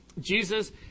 Jesus